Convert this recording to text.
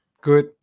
Good